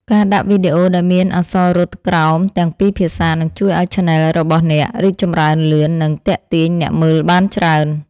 ការដាក់វីដេអូដែលមានអក្សររត់ក្រោមទាំងពីរភាសានឹងជួយឱ្យឆានែលរបស់អ្នករីកចម្រើនលឿន និងទាក់ទាញអ្នកមើលបានច្រើន។